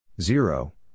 Zero